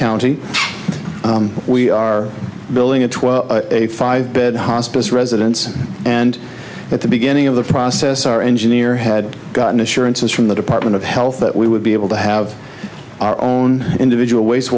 county we are building a twelve five bed hospice residence and at the beginning of the process our engineer had gotten assurances from the department of health that we would be able to have our own individual waste